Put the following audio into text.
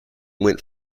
went